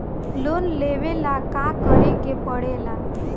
Loan लेबे ला का करे के पड़े ला?